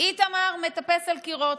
"איתמר מטפס על קירות".